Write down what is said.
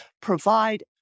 provide